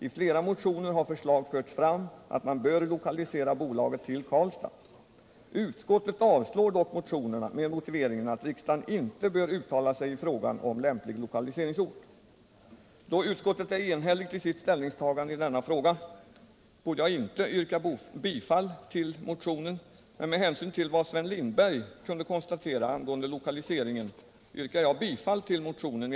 I flera motioner har förslag förts fram att man bör lokalisera bolaget till Karlstad. Utskottet avstyrker dock motionerna med motiveringen att riksdagen inte bör uttala sig i fråga om lämplig lokaliseringsort. Då utskottet är enhälligt i sitt ställningstagande i denna fråga borde jag inte yrka bifall till motion nr 154, men med hänsyn till vad Sven Lindberg kunde konstatera angående lokaliseringen yrkar jag ändå bifall till motionen.